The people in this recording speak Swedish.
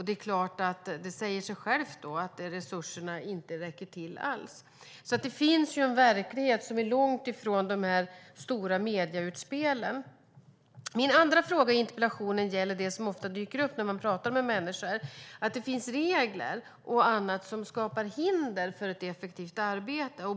Det säger då sig självt att resurserna inte alls räcker till. Det finns alltså en verklighet som är långt ifrån de stora medieutspelen. Min andra fråga i interpellationen gäller det som ofta dyker upp när man pratar med människor, att det finns regler som skapar hinder för ett effektivt arbete.